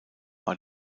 war